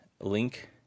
link